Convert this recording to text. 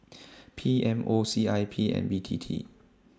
P M O C I P and B T T